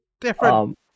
Different